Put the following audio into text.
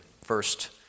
First